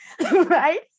right